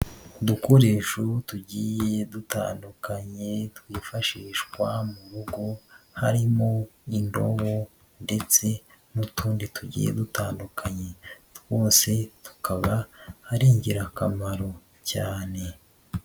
Udukoresho tugiye dutandukanye twifashishwa mu rugo, harimo indobo ndetse n'utundi tugiye dutandukanye, twose tukaba ari ingirakamaro cyane.